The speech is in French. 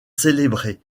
célébrés